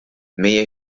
meie